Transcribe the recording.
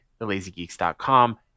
thelazygeeks.com